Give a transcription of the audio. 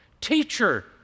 Teacher